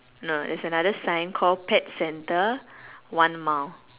no it's another sign called pet centre one mile